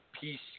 Peace